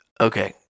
Okay